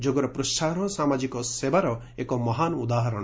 ଯୋଗର ପ୍ରୋହାହନ ସାମାଜିକ ସେବାର ଏକ ମହାନ ଉଦାହରଣ